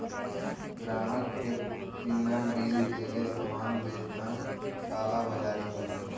ग्राहक के बिना बिल देले सामान बेचना कालाबाज़ारी हौ